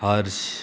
Harsh